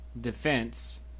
defense